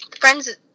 friends